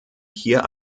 hier